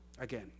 again